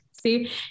See